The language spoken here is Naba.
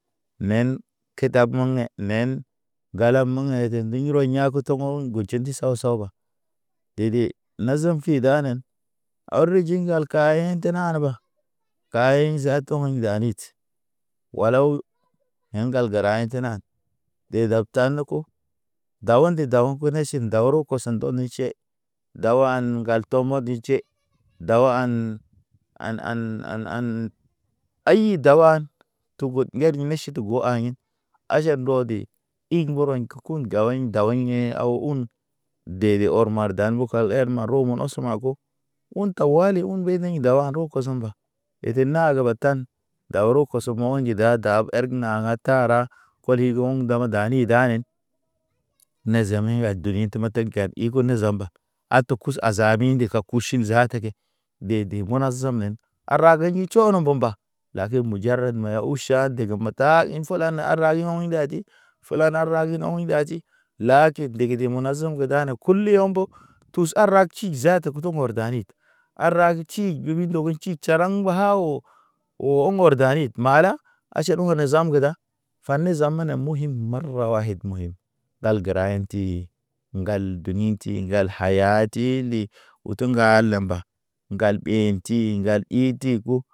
Nen keda beŋ ɲe nen galag meŋ ɲe ke ŋgiŋ rɔ ya̰ koto. Toŋgo ŋgujin di sawa sawa, dede nazam ki danen. Aw riji ŋgal kayḛt nan ba, Kaye zaata ɔyin danit, walaw. Hḛŋ ŋgal gəra ḛ tena, ɗe zab tab ne ko Dahun de dahun ko niʃin dawru kosen ndɔ ne tʃe. Da wan ŋgal to mod tʃe, daw an, an- an, an- an. Aayi dawan, tugud ŋger neʃid bo aɲin, aʃan ɗɔ de, ig ŋgorɔɲ ke kun gawaɲ dawaɲ hḛ aw un. Dede ɔr mar dan o kal her ma ro mɔn os man ko. Un tawali, un bediŋ dawaro kosoŋ mba, ete nag batan, dawro kosomo̰ ge njida daab. Be herg na tara, holiŋ ge o̰ŋ dama danen. Ne zami at duni te ma teg gad i ku ne zamba, A te kus azami nde ka ku ʃin zaata ke. Dede muna zamen, arage ɲi tʃono mbomba. Lakin mu jarad maya u ʃa ndig mata in fola na ara ɲo̰ iŋga di. Fula na ra ge ɔɲ ndazi. Lakib ndigi ndigi mona zem ke dane kulu ɲombo, tus ar raki zaata ke tuŋgɔr dani. A ra ge tʃi bimi ndogo tʃaraŋ ɓo ha o. O ɔŋgɔr danid mala, aʃan one zam ge da fane zam mene muyim marwayd muyim ɗal gəra inti. Ŋgal dumiti, ŋgal hayati tii ndi utu ŋga le mba. Ŋgal ɓenti ŋgal i ti ko.